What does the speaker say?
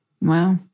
Wow